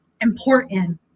important